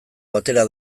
batera